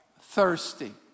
thirsty